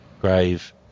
grave